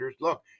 look